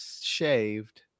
shaved